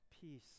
peace